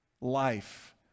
life